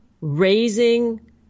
raising